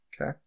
Okay